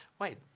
wait